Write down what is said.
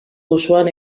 osoan